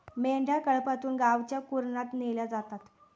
मेंढ्या कळपातून गावच्या कुरणात नेल्या जातात